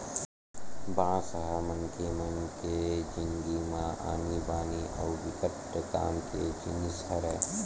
बांस ह मनखे मन के जिनगी म आनी बानी अउ बिकट काम के जिनिस हरय